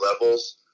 levels